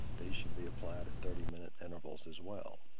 they should be applied at thirty minute intervals as well.